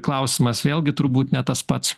klausimas vėlgi turbūt ne tas pats